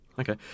Okay